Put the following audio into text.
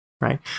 Right